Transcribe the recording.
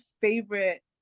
favorite